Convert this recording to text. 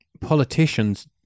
politicians